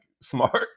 smart